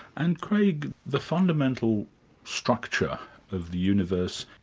and creagh, the fundamental structure of the universe,